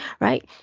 right